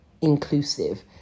inclusive